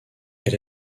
elle